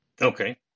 Okay